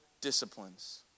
disciplines